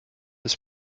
ist